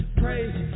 praise